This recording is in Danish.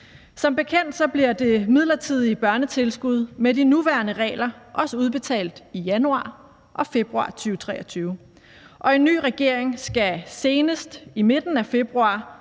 Som bekendt bliver det midlertidige børnetilskud med de nuværende regler også udbetalt i januar og februar 2023, og en ny regering skal senest i midten af februar